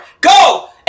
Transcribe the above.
Go